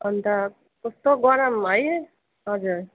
अन्त कस्तो गरम है हजुर